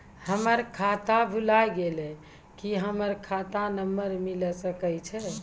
हमर खाता भुला गेलै, की हमर खाता नंबर मिले सकय छै?